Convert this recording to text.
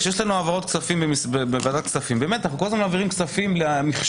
כשיש לנו העברות בוועדת הכספים אנחנו כל הזמן מעבירים כספים למיחשוב,